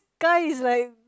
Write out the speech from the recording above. guys like